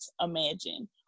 imagine